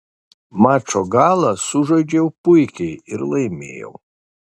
mačo galą sužaidžiau puikiai ir laimėjau